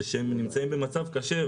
שהם נמצאים במצב קשה,